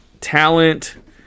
talent